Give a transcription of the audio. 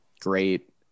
great